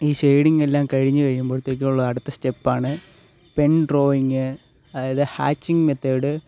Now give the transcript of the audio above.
ഈ ഷെയ്ഡിങ് എല്ലാം കഴിഞ്ഞ് കഴിയുമ്പോഴത്തേക്കുമുള്ള അടുത്ത സ്റ്റെപ്പാണ് പെൻ ഡ്രോയിങ് അതായത് ഹാച്ചിങ് മെത്തേഡ്